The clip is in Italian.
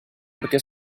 perché